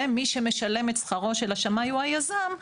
ומי שמשלם את השכרו של השמאי הוא היזם,